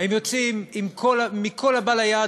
הם יוצאים עם כל הבא ליד,